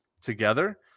together